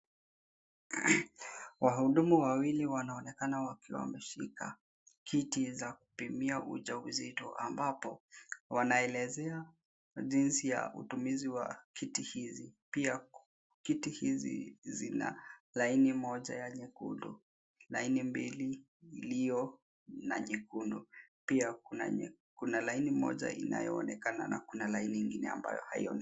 Wahudumu wawili wanaonekana wakiwa wameshika kit za kupimia ujauzito ambapo wanaelezea jinsi ya utumizi wa kit hizi. Pia kit hizi zina laini moja ya nyekundu, laini mbili iliyo na nyekundu. Pia kuna laini moja inayoonekana na kuna laini ingine ambayo haionekani.